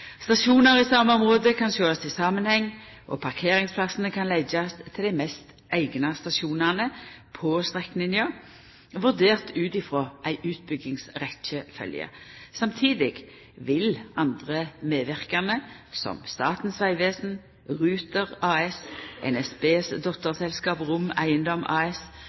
Stasjonar i same område kan sjåast i samanheng, og parkeringsplassane kan leggjast til dei mest eigna stasjonane på strekninga, vurdert ut frå ei utbyggingsrekkjefølgje. Samtidig vil andre medverkande, som Statens vegvesen, Ruter AS, NSBs dotterselskap Rom Eiendom AS,